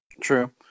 True